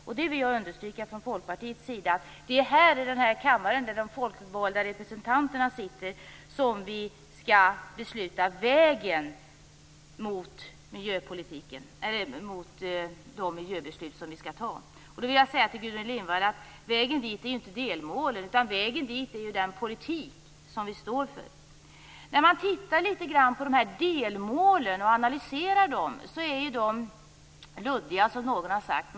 Jag vill understryka att vi från Folkpartiets sida anser att det är här i kammaren, där de folkvalda representanterna sitter, som vi skall besluta om vägen mot de miljöbeslut som vi skall fatta. Jag vill då säga till Gudrun Lindvall att vägen dit inte är delmålen, utan vägen dit är den politik som vi står för. När man tittar litet grand på delmålen och analyserar dem, verkar de luddiga, som någon har sagt.